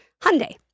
hyundai